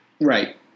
Right